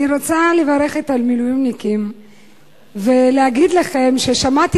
אני רוצה לברך את המילואימניקים ולהגיד לכם ששמעתי